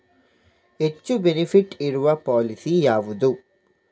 ಹೆಚ್ಚು ಬೆನಿಫಿಟ್ ಇರುವ ಪಾಲಿಸಿ ಯಾವುದು?